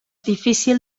difícil